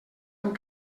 amb